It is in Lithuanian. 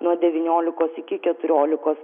nuo devyniolikos iki keturiolikos